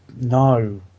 no